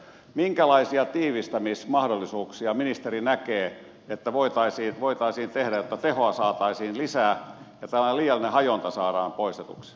minkälaisia tiivistämismahdollisuuksia ministeri näkee että voitaisiin tehdä jotta tehoa saataisiin lisää ja tällainen liiallinen hajonta saadaan poistetuksi